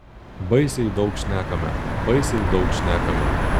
baisiai daug šnekame baisiai daug šnekame